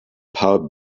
power